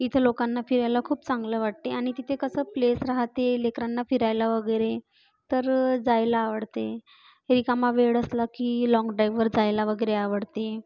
इथं लोकांना फिरायला खूप चांगलं वाटते आणि तिथे कसं प्लेस राहते लेकरांना फिरायला वगैरे तर जायला आवडते रिकामा वेळ असला की लाँग डाइववर जायला वगैरे आवडते